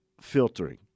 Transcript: filtering